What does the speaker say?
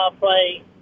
play